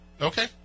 Okay